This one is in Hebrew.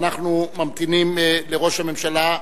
אנחנו ממתינים לראש הממשלה,